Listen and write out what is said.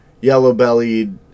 yellow-bellied